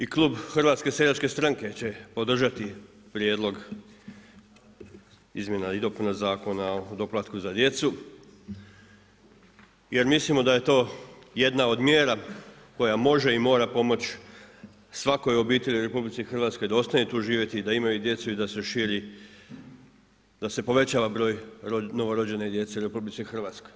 I klub HSS-a će podržati prijedlog izmjena i dopuna Zakona o doplatku za djecu jer mislimo da je to jedna od mjera koja može i mora pomoć svakoj obitelji u RH da ostane tu živjeti, da imaju djecu i da se širi da se povećava broj novorođene djece u RH.